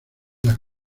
las